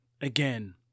Again